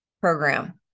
program